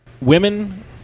women